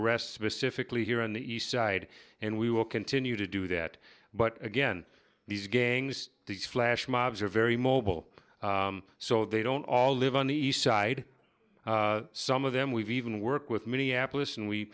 arrests specifically here on the east side and we will continue to do that but again these gangs these flash mobs are very mobile so they don't all live on the east side some of them we've even work with minneapolis and we